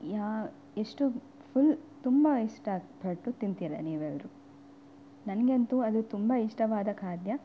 ಎಷ್ಟು ಫುಲ್ ತುಂಬ ಇಷ್ಟಪಟ್ಟು ತಿಂತೀರ ನೀವೆಲ್ಲರು ನನ್ಗಂತೂ ಅದು ತುಂಬ ಇಷ್ಟವಾದ ಖಾದ್ಯ